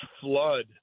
flood